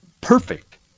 perfect